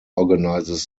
organizes